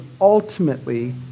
ultimately